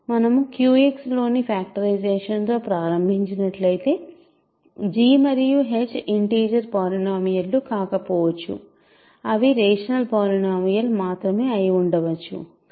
మనము QX లోని factorisation తో ప్రారంభించినట్లయితే g మరియు h ఇంటిజర్ పాలినోమియల్ లు కాకపోవచ్చు అవి రేషనల్ పాలినోమియల్ మాత్రమే అయి ఉండవచ్చు